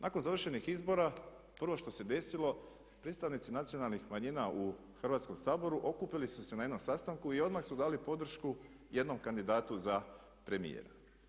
Nakon završenih izbora prvo što se desilo, predstavnici nacionalnih manjina u Hrvatskom saboru okupili su se na jednom sastanku i odmah su dali podršku jednom kandidatu za premijera.